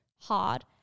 hard